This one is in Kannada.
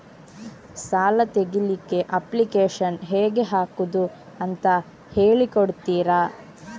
ಸಾಲ ತೆಗಿಲಿಕ್ಕೆ ಅಪ್ಲಿಕೇಶನ್ ಹೇಗೆ ಹಾಕುದು ಅಂತ ಹೇಳಿಕೊಡ್ತೀರಾ?